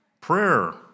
prayer